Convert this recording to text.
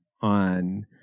on